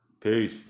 Peace